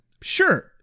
sure